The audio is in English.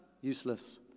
useless